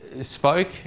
spoke